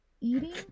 eating